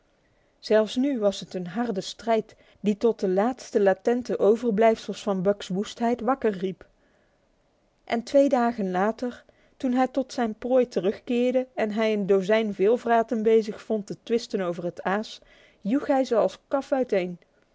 zelfs nu was het een harde strijd die tot de laatste latente overblijfsels van buck's woestheid wakker riep en twee dagen later toen hij tot zijn prooi terugkeerde en een dozijn veelvraten bezig vond te twisten over het aas joeg hij hen als kaf uiteen